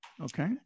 Okay